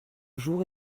jour